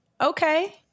Okay